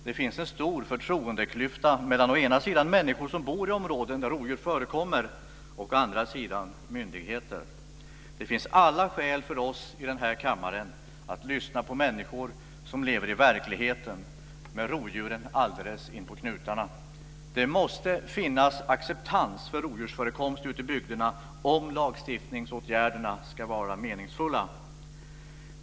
Det finns en stor förtroendeklyfta mellan å ena sidan människor som bor i områden där rovdjur förekommer och å andra sidan myndigheter. Det finns alla skäl för oss i den här kammaren att lyssna på människor som lever i verkligheten med rovdjuren alldeles inpå knutarna. Det måste finnas acceptans för rovdjursförekomst ute i bygderna om lagstiftningsåtgärderna ska vara meningsfulla.